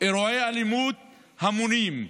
אירועי אלימות המוניים,